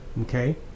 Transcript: okay